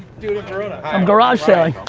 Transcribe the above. dude in verona. i'm garage sailing.